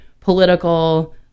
political